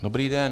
Dobrý den.